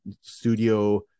studio